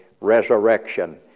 resurrection